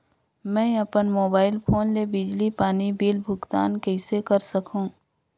मैं अपन mobile phone ले बिजली पानी बिल भुगतान कइसे कर सकहुं?